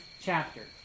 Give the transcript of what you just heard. chapter